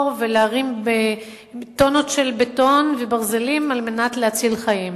ולהרים טונות של בטון וברזלים כדי להציל חיים.